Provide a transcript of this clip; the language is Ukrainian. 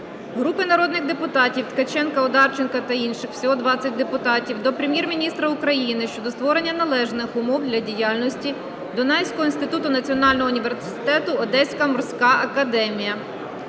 Групи народних депутатів (Ткаченка, Одарченка та інших. Всього 20 депутатів) до Прем'єр-міністра України щодо створення належних умов для діяльності Дунайського інституту Національного університету "Одеська морська академія".